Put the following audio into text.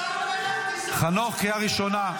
חנוך, קריאה ראשונה.